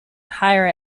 higher